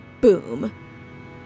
boom